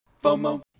FOMO